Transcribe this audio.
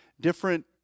different